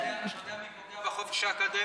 אתה יודע מי פוגע בחופש האקדמי?